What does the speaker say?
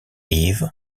yves